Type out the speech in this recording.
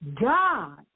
God